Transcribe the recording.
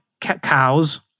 cows